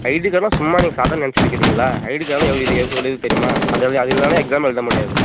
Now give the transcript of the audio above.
ID கார்ட்னால் சும்மனே சாதாரணமாக நினச்சிட்டு இருக்கிங்களா ஐடி கார்டுனால் எவ்வளோ இது தெரியுமா அது அது இல்லைனா எக்ஸாமே எழுத முடியாது